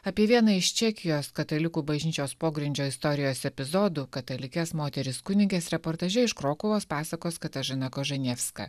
apie vieną iš čekijos katalikų bažnyčios pogrindžio istorijos epizodų katalikės moterys kunigas reportaže iš krokuvos pasakos katažina koženevski